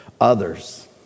others